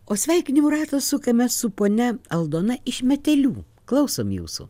o sveikinimų ratą sukame su ponia aldona iš metelių klausom jūsų